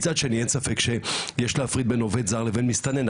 מצד שני אין ספק שיש להפריד בין עובד זר לבין מסתנן,